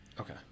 Okay